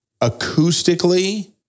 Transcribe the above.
acoustically